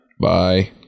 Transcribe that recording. bye